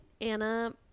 Anna